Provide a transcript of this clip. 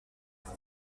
here